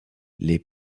les